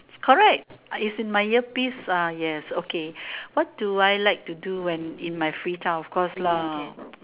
correct it's in my ear piece uh yes okay what do I like to do in my free time of course lah